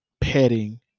petting